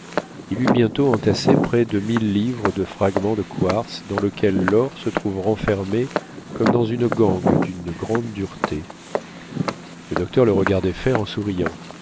il eut bientôt entassé près de mille livres de fragments de quartz dans lequel l'or se trouve renfermé comme dans une gangue d'une grande dureté le docteur le regardait faire en souriant